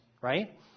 right